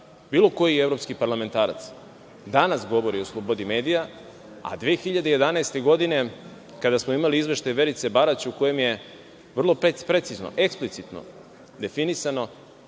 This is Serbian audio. bilo koji evropski parlamentarac danas govori o slobodi medija, a 2011. godine, kada smo imali izveštaj Verice Barać, u kome je vrlo precizno, eksplicitno definisano